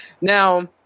Now